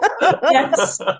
Yes